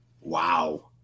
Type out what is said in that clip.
Wow